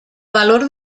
valor